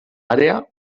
àrea